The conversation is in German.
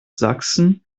sachsen